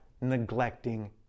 neglecting